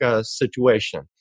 situation